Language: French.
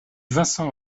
vincent